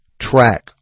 track